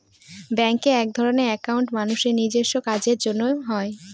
ব্যাঙ্কে একধরনের একাউন্ট মানুষের নিজেস্ব কাজের জন্য হয়